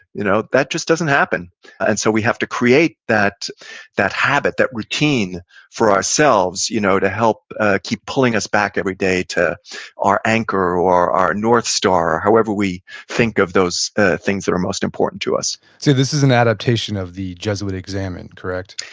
you know that just doesn't happen and so we have to create that that habit, that routine for ourselves you know to help keep pulling us back every day to our anchor, our north star, however we think of those ah things that are most important to us so this is an adaptation of the jesuit examen correct?